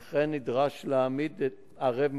וכן נדרש להעמיד ערב מטעמו.